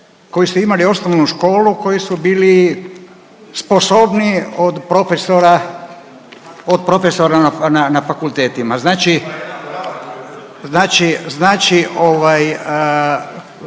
koji su imali osnovnu školu koji su bili sposobniji od profesora od profesora na fakultetima. Znači,